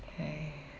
K